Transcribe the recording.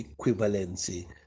equivalency